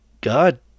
God